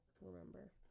remember